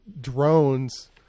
drones